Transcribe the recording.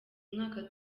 mwaka